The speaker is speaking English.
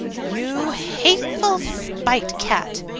you hateful spite-cat!